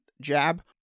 jab